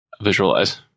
visualize